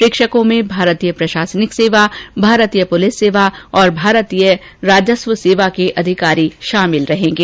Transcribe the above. प्रेक्षकों में भारतीय प्रशासनिक सेवा भारतीय पुलिस सेवा और भारतीय राजस्व सेवा के अधिकारी शामिल रहेंगे